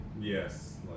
yes